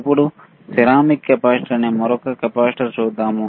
ఇప్పుడు ceramic capacitor అనే మరొక కెపాసిటర్ చూద్దాం